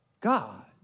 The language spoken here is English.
God